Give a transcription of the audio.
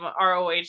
roh